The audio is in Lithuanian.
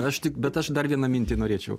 aš tik bet aš dar vieną mintį norėčiau